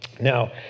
Now